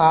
आ